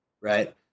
right